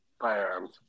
Firearms